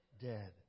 dead